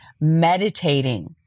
meditating